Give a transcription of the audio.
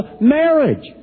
marriage